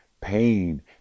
pain